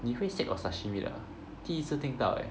你会 sick of sashimi 的 ah 第一次听到 eh